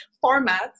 format